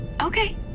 Okay